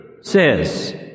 says